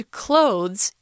clothes